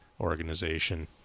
organization